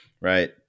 right